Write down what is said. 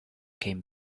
came